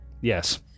Yes